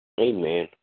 Amen